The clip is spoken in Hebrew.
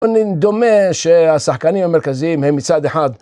אני דומה שהשחקנים המרכזיים הם מצד אחד.